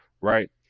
right